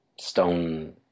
stone